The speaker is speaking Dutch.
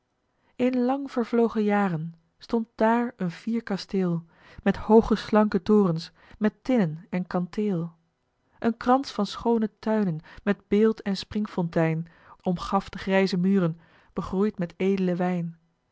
in lang vervlogen jaren stond daar een fier kasteel met hooge slanke torens met tinnen en kanteel een krans van schoone tuinen met beeld en springfontein omgaf de grijze muren begroeid met eed'len wijn